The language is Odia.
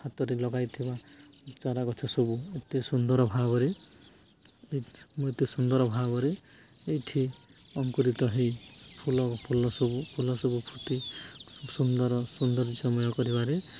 ହାତରେ ଲଗାଇଥିବା ଚାରାଗଛ ସବୁ ଏତେ ସୁନ୍ଦର ଭାବରେ ମୁଁ ଏତେ ସୁନ୍ଦର ଭାବରେ ଏଇଠି ଅଙ୍କୁରିତ ହେଇ ଫୁଲ ଫୁଲ ସବୁ ଫୁଲ ସବୁ ଫୁଠି ସୁନ୍ଦର ସୁୌନ୍ଦର୍ଯ୍ୟମୟ କରିବାରେ